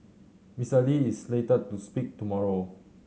Mister Lee is slated to speak tomorrow